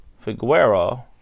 Figueroa